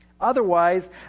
Otherwise